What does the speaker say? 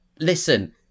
Listen